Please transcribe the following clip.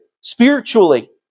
spiritually